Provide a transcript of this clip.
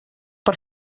per